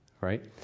right